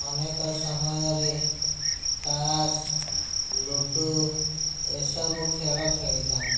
ଅନେକ ସମୟରେ ତାସ୍ ଲୁଡ଼ୁ ଏସବୁ ଖେଳ ଖେଳିଥାନ୍ତି